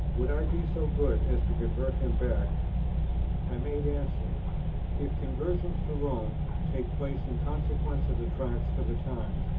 would i be so good as to convert him back i made answer if conversions to rome take place in consequence of the tracts for the times,